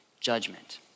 judgment